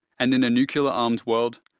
and in a nuclear-armed world,